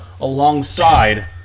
alongside